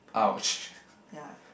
points yeah